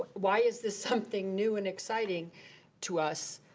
why is this something new and exciting to us?